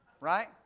right